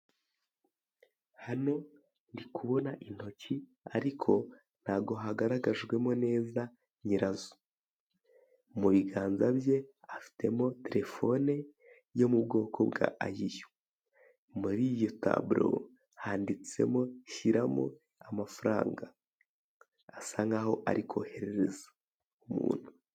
Hano ndi kubona intoki ariko ntago hagaragajwemo neza nyirazo, mu biganza bye afitemo terefone yo mu bwoko bwa ayiyu, muri iyo taburo handitsemo shyiramo amafaranga asa nkaho ari koherereza umuntu.